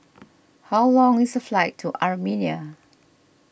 how long is the flight to Armenia